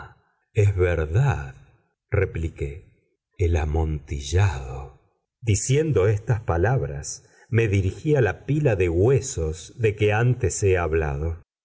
es verdad repliqué el amontillado diciendo estas palabras me dirigí a la pila de huesos de que antes he hablado